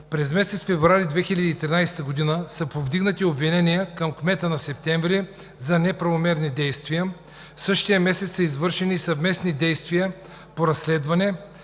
през месец февруари 2011 г. са повдигнати обвинения към кмета на Септември за неправомерни действия. Същият месец са извършени съвместни действия по разследване,